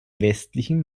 westlichen